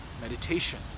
meditation